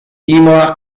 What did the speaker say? imola